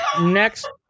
Next